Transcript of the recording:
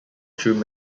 through